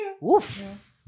Woof